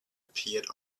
appeared